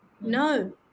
No